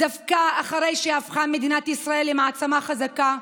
דווקא אחרי שהפכה מדינת ישראל למעצמה חזקה,